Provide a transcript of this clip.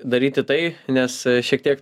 daryti tai nes šiek tiek